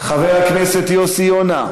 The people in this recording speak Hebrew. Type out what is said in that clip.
חבר הכנסת יוסי יונה,